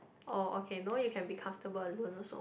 orh okay know you can be comfortable alone also